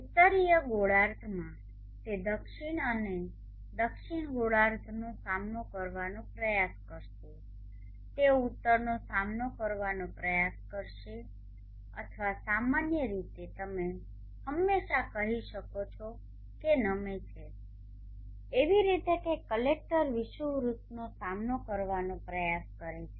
ઉત્તરીય ગોળાર્ધમાં તે દક્ષિણ અને દક્ષિણ ગોળાર્ધનો સામનો કરવાનો પ્રયાસ કરશે તે ઉત્તરનો સામનો કરવાનો પ્રયાસ કરશે અથવા સામાન્ય રીતે તમે હંમેશાં કહી શકો છો કે નમે છે એવી રીતે કે કલેક્ટર વિષુવવૃત્તનો સામનો કરવાનો પ્રયાસ કરે છે